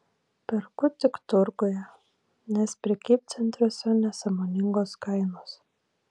perku tik turguje nes prekybcentriuose nesąmoningos kainos